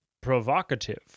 provocative